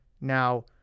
Now